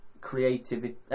creativity